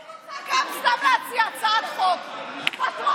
אני רוצה גם סתם להציע הצעת חוק בטרומית,